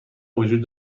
وجود